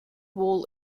wall